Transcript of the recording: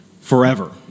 forever